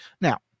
Now